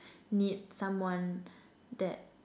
need someone that